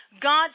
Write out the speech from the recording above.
God